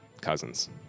Cousins